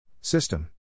System